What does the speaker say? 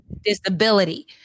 disability